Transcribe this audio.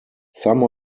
some